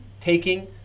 taking